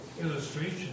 illustration